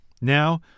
Now